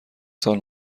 سال